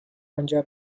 آنجا